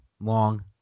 long